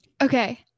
okay